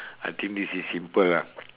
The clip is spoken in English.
I think this is simple ah